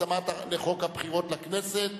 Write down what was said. התאמה לחוק הבחירות לכנסת),